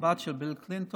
הבת של ביל קלינטון,